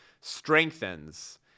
strengthens